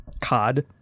COD